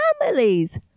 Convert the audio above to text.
families